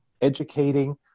educating